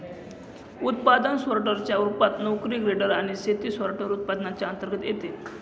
उत्पादन सोर्टर च्या रूपात, नोकरी ग्रेडर आणि शेती सॉर्टर, उत्पादनांच्या अंतर्गत येते